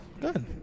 Good